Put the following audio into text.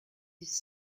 dix